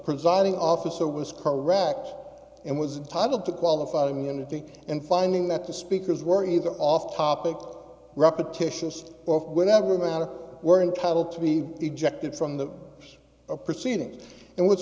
presiding officer was correct and was titled to qualified immunity and finding that the speakers were either off topic repetitious or whatever matter were entitled to be ejected from the proceedings and